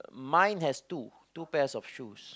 mine has two two pairs of shoes